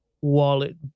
wallet